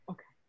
Okay